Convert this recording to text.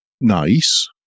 nice